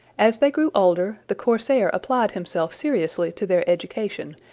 as they grew older, the corsair applied himself seriously to their education,